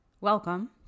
welcome